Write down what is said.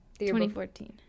2014